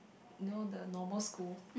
you know the normal school